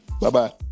Bye-bye